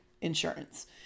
insurance